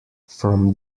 from